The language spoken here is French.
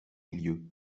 milieu